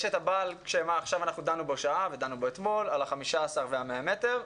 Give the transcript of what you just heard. יש את הגוש שעכשיו דנו בו שעה ודנו בו אתמול על ה-15 וה-100 מטרים.